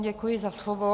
Děkuji za slovo.